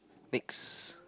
next